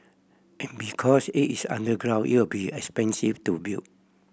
and because it is underground it will be expensive to build